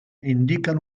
indiquen